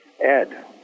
Ed